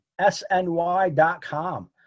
SNY.com